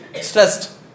stressed